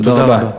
תודה רבה.